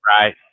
right